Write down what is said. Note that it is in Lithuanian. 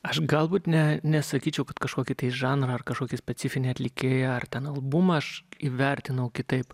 aš galbūt ne nesakyčiau kad kažkokį tai žanrą ar kažkokį specifinį atlikėją ar ten albumą aš įvertinau kitaip